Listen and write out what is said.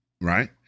right